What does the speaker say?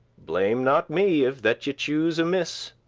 blame not me, if that ye choose amiss.